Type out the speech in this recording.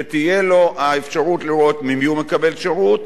שתהיה לו האפשרות לראות ממי הוא מקבל שירות,